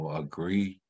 agree